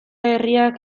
herriak